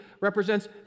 represents